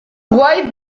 white